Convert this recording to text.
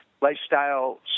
lifestyle